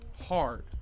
hard